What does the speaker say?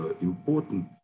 important